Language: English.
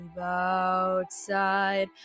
outside